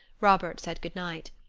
robert said good-night.